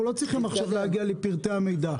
אנחנו לא צריכים עכשיו להגיע לפרטי המידע.